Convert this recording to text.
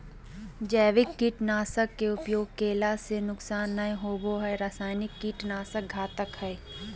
जैविक कीट नाशक के उपयोग कैला से नुकसान नै होवई हई रसायनिक कीट नाशक घातक हई